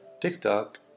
TikTok